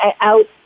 out